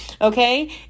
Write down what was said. Okay